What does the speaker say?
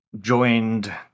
joined